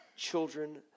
Children